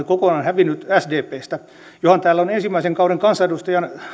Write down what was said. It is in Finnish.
kokonaan hävinnyt sdpstä johan täällä on ensimmäisen kauden kansanedustajan